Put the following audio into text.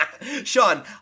Sean